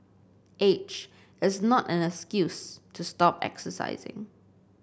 age is not an excuse to stop exercising